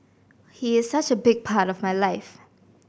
he is such a big part of my life